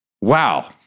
wow